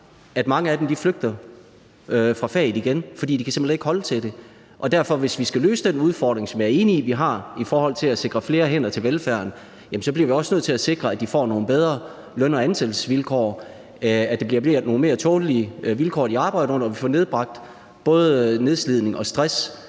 at mange af dem flygter fra faget igen, fordi de simpelt hen ikke kan holde til det. Derfor, hvis vi skal løse den udfordring, som jeg er enig i vi har, i forhold til at sikre flere hænder til velfærden, så bliver vi også nødt til at sikre, at de får nogle bedre løn- og ansættelsesvilkår, at de får nogle mere tålelige vilkår at arbejde under, og at vi får nedbragt både nedslidning og stress,